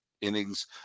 innings